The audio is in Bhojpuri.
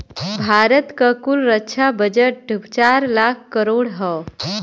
भारत क कुल रक्षा बजट चार लाख करोड़ हौ